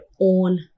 own